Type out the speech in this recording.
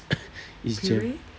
it's jam